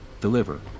deliver